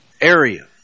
area